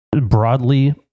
broadly